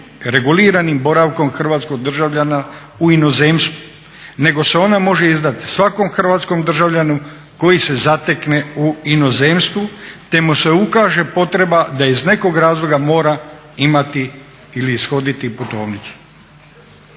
reguliranim boravkom hrvatskog državljana u inozemstvu, nego se ona može izdat svakom hrvatskom državljaninu koji se zatekne u inozemstvu te mu se ukaže potreba da iz nekog razloga mora imati ili ishoditi putovnicu.